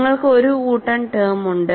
നിങ്ങൾക്ക് ഒരു കൂട്ടം ടെം ഉണ്ട്